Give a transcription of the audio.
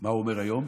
מה הוא אומר היום?